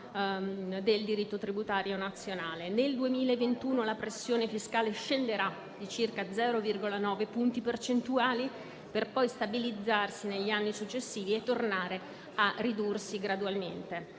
del diritto tributario nazionale. Nel 2021 la pressione fiscale scenderà di circa 0,9 punti percentuali per poi stabilizzarsi negli anni successivi e tornare a ridursi gradualmente.